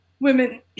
women